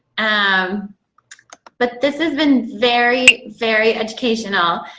um but this has been very, very educational.